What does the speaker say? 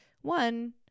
one